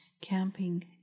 camping